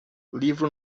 livro